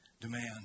demands